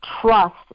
trust